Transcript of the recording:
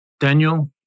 Daniel